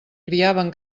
criaven